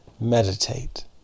meditate